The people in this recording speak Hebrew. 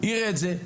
אז מה נעשה?